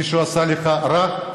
מישהו עשה לך רע?